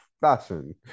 fashion